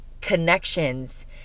connections